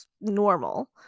normal